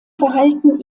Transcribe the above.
verhalten